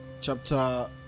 chapter